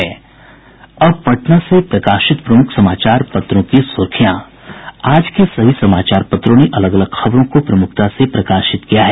अब पटना से प्रकाशित प्रमुख समाचार पत्रों की सुर्खियां आज के सभी समाचार पत्रों ने अलग अलग खबरों को प्रमुखता से प्रकाशित किया है